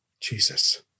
Jesus